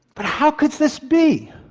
but how could this be?